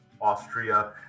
Austria